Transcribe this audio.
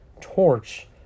torch